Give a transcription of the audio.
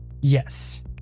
Yes